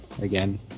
again